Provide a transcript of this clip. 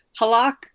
Halak